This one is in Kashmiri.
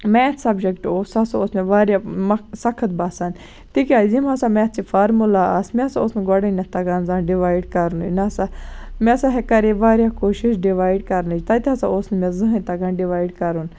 میتھ سَبجیکٹ اوس سُہ ہسا اوس مےٚ واریاہ مکھ سَخت باسان تِکیٛازِ یِم ہسا مےٚ میتھٕ چہِ فارموٗلا آسہٕ مےٚ ہسا اوس نہٕ گۄڈٕنیٚتھ تَگان زانٛہہ ڈِوایِڈ کرنُے نہ ہسا مےٚ سا کَرٕے واریاہ کوٗشِش ڈِوایڈ کَرنٕچ تَتہِ ہسا اوس نہٕ مےٚ زٕہٕنٛے تَگان ڈِوایِڈ کرُن